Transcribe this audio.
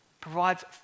Provides